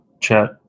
chat